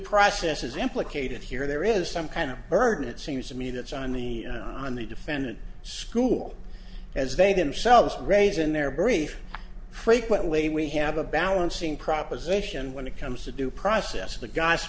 process is implicated here there is some kind of burden it seems to me that's on the on the defendant school as they themselves raise in their brief frequently we have a balancing proposition when it comes to due process of the guys